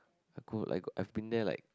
the cool like I've been there like